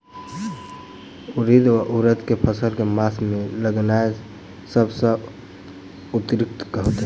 उड़ीद वा उड़द केँ फसल केँ मास मे लगेनाय सब सऽ उकीतगर हेतै?